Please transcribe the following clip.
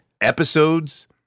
episodes